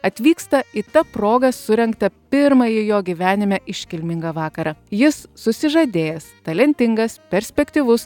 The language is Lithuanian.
atvyksta į ta proga surengtą pirmąjį jo gyvenime iškilmingą vakarą jis susižadėjęs talentingas perspektyvus